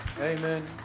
Amen